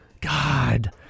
God